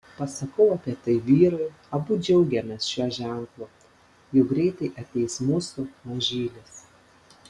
pasakau apie tai vyrui abu džiaugiamės šiuo ženklu jau greitai ateis mūsų mažylis